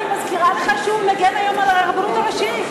אני מזכירה לך שהוא מגן היום על הרבנות הראשית.